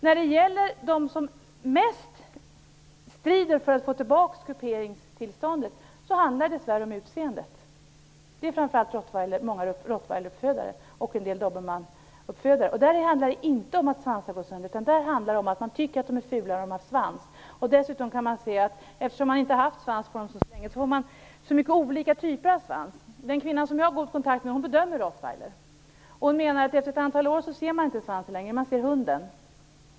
För dem som strider allra mest för att få tillbaka kuperingstillståndet handlar det dess värre om utseendet. Det gäller framför allt många rottweileruppfödare och en del dobbermannuppfödare. Där handlar det inte om att svansar går sönder, utan där handlar det om att man tycker att hundarna är fula när de har svans. Eftersom dessa hundar inte har haft svans på så länge får man dessutom många olika typer av svans. En kvinna som jag har god kontakt med bedömer rottweiler, och hon menar att efter ett antal år ser man inte svansen längre - man ser hunden.